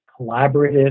collaborative